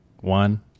one